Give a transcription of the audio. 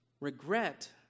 regret